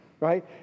Right